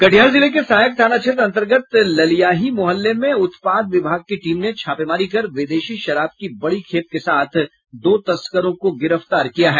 कटिहार जिले के सहायक थाना क्षेत्र अंतर्गत ललियाही मुहल्ले में उत्पाद विभाग की टीम ने छापेमारी कर विदेशी शराब की बड़ी खेप के साथ दो तस्करों को गिरफ्तार किया है